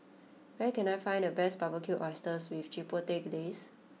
where can I find the best Barbecued Oysters with Chipotle Glaze